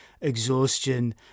exhaustion